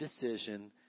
decision